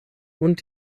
und